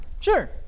sure